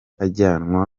ajyanwa